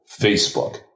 Facebook